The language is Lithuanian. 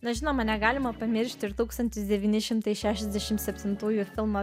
na žinoma negalima pamiršti ir tūkstantis devyni šimtai šešiasdešimt septintųjų filmą